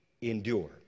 endure